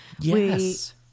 Yes